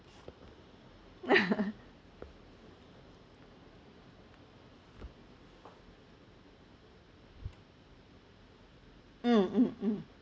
mm mm mm